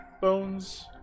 bones